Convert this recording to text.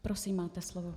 Prosím, máte slovo.